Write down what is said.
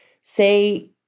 say